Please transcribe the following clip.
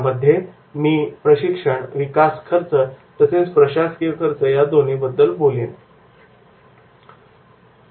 त्यामध्ये मी प्रशिक्षण विकास खर्च तसेच प्रशासकीय खर्च या दोन्ही बद्दल चर्चा करेन